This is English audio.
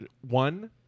one